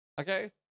Okay